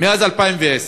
מאז 2010: